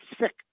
sick